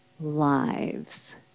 lives